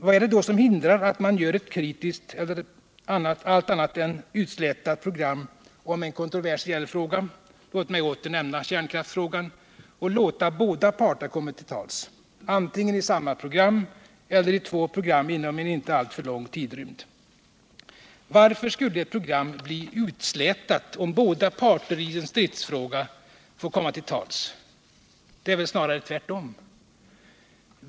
Vad är det då som hindrar att man gör ett kritiskt och allt annat än utslätat program om en kontroversiell fråga — låt mig åter nämna kärnkraftsfrågan — och låter båda parter komma till tals, antingen i samma program eller i två program inom en inte alltför lång tidrymd? Varför skulle ett program bli utslätat, om båda parter i en stridsfråga får komma till tals? Det är väl snarare tvärtom.